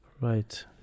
Right